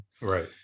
Right